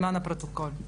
למען הפרוטוקול.